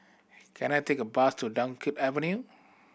can I take a bus to Dunkirk Avenue